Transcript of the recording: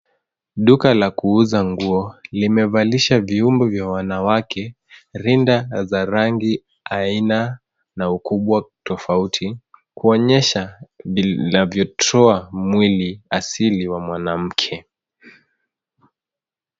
Duka la kuuza nguo, limevalisha viungo vya wanawake, linda za rangi aina na ukubwa tofauti .Kuonyesha linavyotuloa mwili asili wa mwanamke.